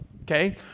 okay